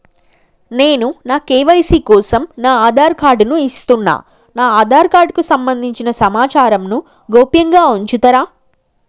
నేను నా కే.వై.సీ కోసం నా ఆధార్ కార్డు ను ఇస్తున్నా నా ఆధార్ కార్డుకు సంబంధించిన సమాచారంను గోప్యంగా ఉంచుతరా?